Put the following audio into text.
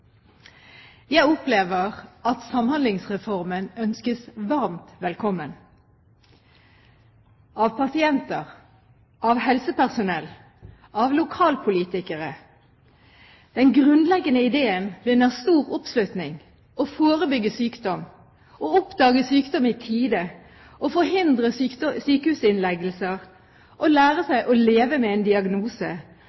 Jeg opplever at Samhandlingsreformen ønskes varmt velkommen – av pasienter, av helsepersonell, av lokalpolitikere. Den grunnleggende ideen vinner stor oppslutning – å forebygge sykdom, å oppdage sykdom i tide, å forhindre sykehusinnleggelser, å lære